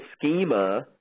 schema